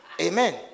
Amen